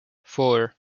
four